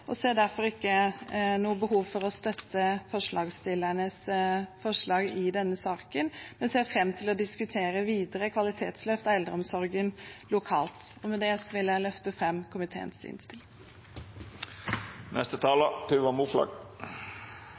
ser derfor ikke noe behov for å støtte forslagsstillernes forslag i denne saken, men ser fram til å diskutere videre kvalitetsløft av eldreomsorgen lokalt. Med det vil jeg løfte fram komiteens innstilling.